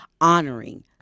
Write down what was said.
honoring